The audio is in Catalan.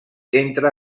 entre